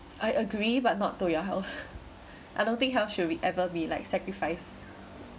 I agree but not to your health I don't think health should be ever be like sacrifice